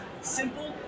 simple